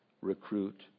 recruit